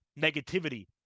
negativity